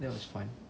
that was fun